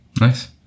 Nice